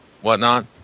whatnot